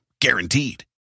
guaranteed